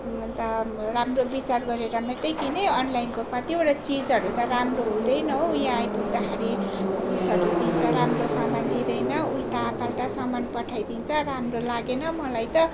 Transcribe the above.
अन्त राम्रो विचार गरेर मात्रै किन् है अनलाइनको कतिवटा चिजहरू त राम्रो हुँदैन हो यहाँ आइपुग्दाखेरि अ उयसहरू दिन्छ राम्रो सामान दिँदैन उल्टापाल्टा सामान पठाइदिन्छ राम्रो लागेन मलाई त